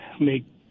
make